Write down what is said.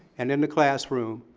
and in the classroom,